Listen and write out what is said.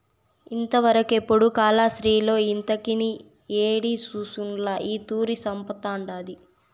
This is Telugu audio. ఇంతవరకెపుడూ కాలాస్త్రిలో ఇంతకని యేడి సూసుండ్ల ఈ తూరి సంపతండాది